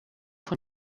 von